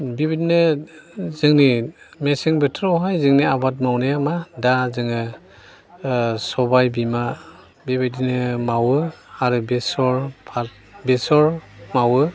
बेबायदिनो जोंनि मेसें बोथोरावहाय जोंनि आबाद मावनाया मा दा जोङो सबाय बिमा बेबायदिनो मावो आरो बेसर मावो